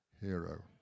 Hero